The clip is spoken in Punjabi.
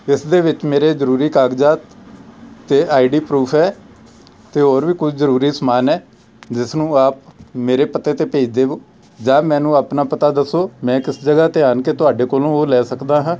ਇਸ ਦੇ ਵਿੱਚ ਮੇਰੇ ਜ਼ਰੂਰੀ ਕਾਗਜ਼ਾਤ ਅਤੇ ਆਈ ਡੀ ਪਰੂਫ ਹੈ ਅਤੇ ਹੋਰ ਵੀ ਕੁਝ ਜ਼ਰੂਰੀ ਸਮਾਨ ਹੈ ਜਿਸ ਨੂੰ ਆਪ ਮੇਰੇ ਪਤੇ 'ਤੇ ਭੇਜ ਦੇਵੋ ਜਾਂ ਮੈਨੂੰ ਆਪਣਾ ਪਤਾ ਦੱਸੋ ਮੈਂ ਕਿਸ ਜਗ੍ਹਾ 'ਤੇ ਆਣ ਕੇ ਤੁਹਾਡੇ ਕੋਲੋਂ ਉਹ ਲੈ ਸਕਦਾ ਹਾਂ